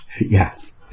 Yes